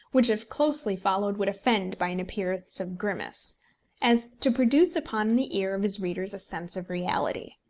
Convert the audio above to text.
which if closely followed would offend by an appearance of grimace as to produce upon the ear of his readers a sense of reality.